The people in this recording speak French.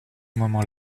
moment